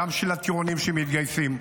גם של הטירונים שמתגייסים,